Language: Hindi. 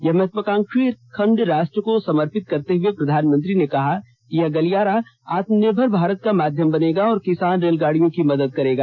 यह महत्वाकांक्षी खंड राष्ट्र को समर्पित करते हुए प्रधानमंत्री ने कहा कि यह गलियारा आत्मनिर्भर भारत का माध्यम बनेगा और किसान रेलगाड़ियों की मदद करेगा